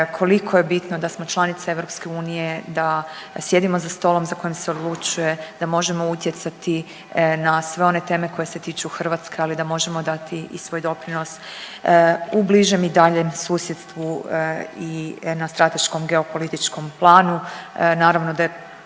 koliko je bitno da smo članica EU, da sjedimo za stolom za kojim se odlučuje, da možemo utjecati na sve one teme koje se tiču Hrvatske, ali da možemo dati i svoj doprinos u bližem i daljem susjedstvu i na strateškom geopolitičkom planu.